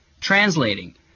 translating